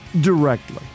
directly